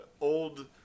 old